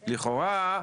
לכאורה,